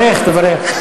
תברך, תברך.